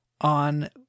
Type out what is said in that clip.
on